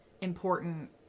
important